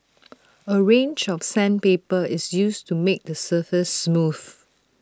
A range of sandpaper is used to make the surface smooth